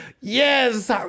Yes